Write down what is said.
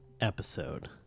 episode